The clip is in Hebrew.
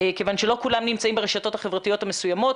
כיוון שלא כולם נמצאים ברשתות החברתיות המסוימות,